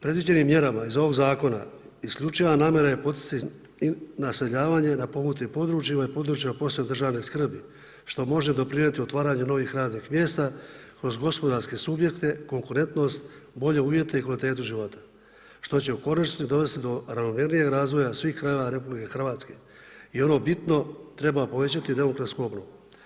Predviđenim mjerama iz ovog Zakona, isključiva namjera je poticanje naseljavanje na potpomognutim područjima, i područjima posebne državne skrbi, što može doprinjeti otvaranju novih radnih mjesta kroz gospodarske subjekte, konkurentnost, bolje uvjete i kvalitetu života, što će u konačnici dovesti do ravnomjernijeg razvoja svih krajeva Republike Hrvatske, i ono bitno, treba povećati demografsku obnovu.